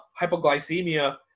hypoglycemia